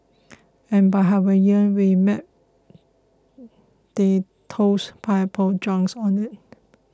and by Hawaiian we mean they tossed pineapple chunks on it